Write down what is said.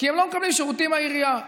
כי הם לא מקבלים שירותים מהעירייה.